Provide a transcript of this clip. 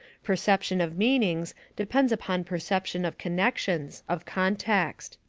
perception of meanings depends upon perception of connections, of context.